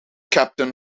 captain